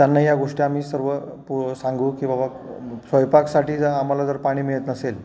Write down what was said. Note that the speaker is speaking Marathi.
त्यांना या गोष्टी आम्ही सर्व पो सांगू की बाबा स्वयंपाकासाठी जर आम्हाला जर पाणी मिळत नसेल